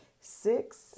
six